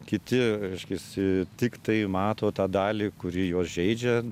kiti reiškiasi tiktai mato tą dalį kuri juos žeidžia